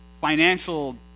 financial